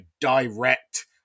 direct